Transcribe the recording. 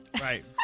Right